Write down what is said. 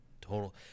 total